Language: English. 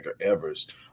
Evers